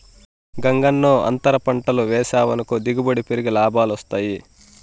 గంగన్నో, అంతర పంటలు వేసావనుకో దిగుబడి పెరిగి లాభాలొస్తాయి